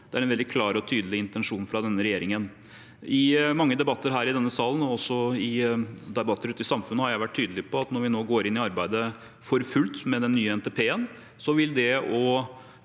Det er en veldig klar og tydelig intensjon fra denne regjeringen. I mange debatter her i denne salen, og også i debatter ute i samfunnet, har jeg vært tydelig på at når vi nå for fullt går inn i arbeidet med den nye NTP-en, vil det å